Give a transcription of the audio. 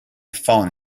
phone